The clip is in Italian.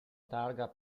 targa